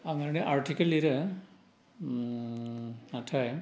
आं ओरैनो आर्टिकोल लिरो नाथाय